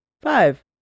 five